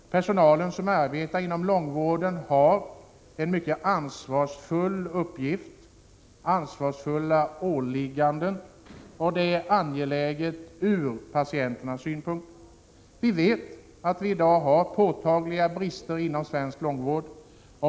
Personalen som arbetar inom långvården har en mycket ansvarsfull uppgift, ansvarsfulla åligganden. Det är också angeläget ur patientens synpunkt. Vi vet att det i dag finns påtagliga brister inom svensk långvård.